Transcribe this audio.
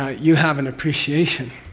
you have an appreciation